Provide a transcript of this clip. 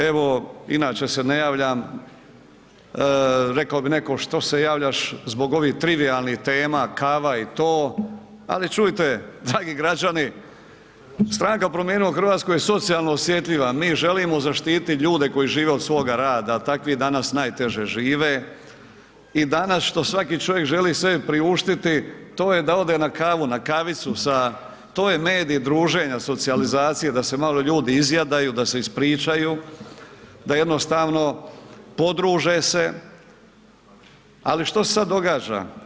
Evo inače se ne javljam, rekao bi neko „što se javljaš zbog ovih trivijalnih tema, kava i to“ ali čujte dragi građani, stranka Promijenimo Hrvatsku je socijalno osjetljiva, mi želimo zaštititi ljude koji žive od svoga rada a takvi je danas najteže žive i danas što svaki čovjek želi sebi priuštiti, to je da ode na kavu, na kavicu, to je medij druženja, socijalizacije, da se malo ljudi izjadaju, da se ispričaju, da jednostavno podruže se ali što se sad događa?